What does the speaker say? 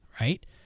right